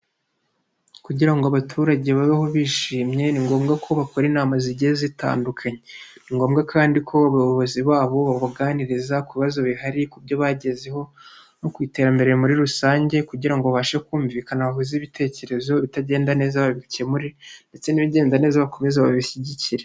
Kugira ngo abaturage babeho bishimye ni ngombwa ko bakora inama zigiye zitandukanye, ni ngombwa kandi ko abayobozi babo babaganiriza ku bibazo bihari, ku byo bagezeho no ku iterambere muri rusange, kugira ngo babashe kumvikana, bahuze ibitekerezo ibitagenda neza babikemure ndetse n'ibigenda neza bakomeze babishyigikire.